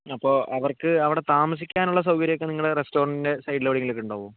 അപ്പോൾ അവർക്ക് അവിടെ താമസിക്കാൻ ഉള്ള സൗകര്യം ഒക്കെ നിങ്ങൾ റസ്റ്റോറന്റിൻ്റെ സൈഡിൽ എവിടെയെങ്കിലും ഒക്കെ ഉണ്ടാകുമോ